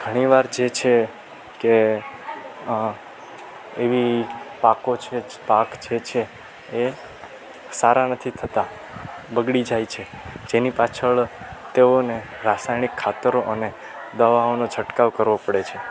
ઘણી વાર જે છે કે એવી પાકો છે જ પાક જે છે એ સારા નથી થતા બગડી જાય છે જેની પાછળ તેઓને રાસાયણિક ખાતરો અને દવાઓનો છંટકાવ કરવો પડે છે